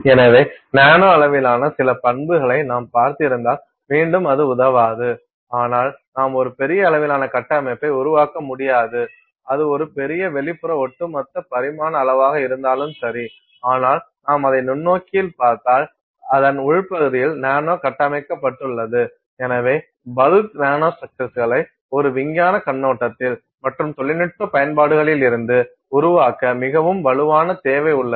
எனவே நானோ அளவிலான சில பண்புகளை நாம்பார்த்திருந்தால் மீண்டும் அது உதவாது ஆனால் நாம் ஒரு பெரிய அளவிலான கட்டமைப்பை உருவாக்க முடியாது அது ஒரு பெரிய வெளிப்புற ஒட்டுமொத்த பரிமாண அளவாக இருந்தாலும் சரி ஆனால் நாம் அதை நுண்ணோக்கியில் பார்த்தால் அதன் உள்பகுதியில் நானோ கட்டமைக்கப்பட்டுள்ளது எனவே பல்க் நானோ ஸ்ட்ரக்சர்ஸ்களை ஒரு விஞ்ஞான கண்ணோட்டத்தில் மற்றும் தொழில்நுட்ப பயன்பாடுகளிலிருந்து உருவாக்க மிகவும் வலுவான தேவை உள்ளது